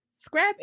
scrap